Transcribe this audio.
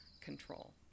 control